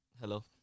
hello